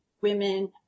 women